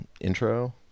intro